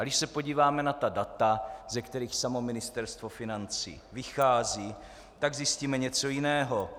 Když se podíváme na ta data, ze kterých samo Ministerstvo financí vychází, tak zjistíme něco jiného.